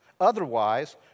Otherwise